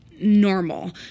normal